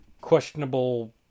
questionable